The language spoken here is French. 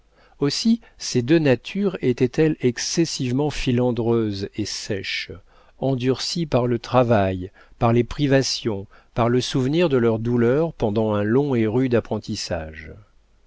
aussi ces deux natures étaient-elles excessivement filandreuses et sèches endurcies par le travail par les privations par le souvenir de leurs douleurs pendant un long et rude apprentissage